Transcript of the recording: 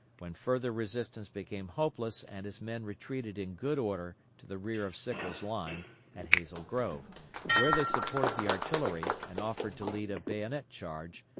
when further resistance became hopeless and his men retreated in good order to the rear of sickles' line at hazel grove where they supported the artillery and offered to lead a bayonet charge,